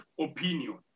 opinion